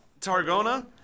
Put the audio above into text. Targona